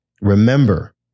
remember